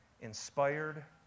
inspired